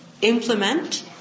implement